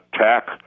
tech